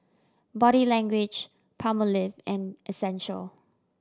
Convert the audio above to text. Body Language Palmolive and Essential